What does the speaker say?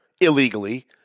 illegally